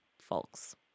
folks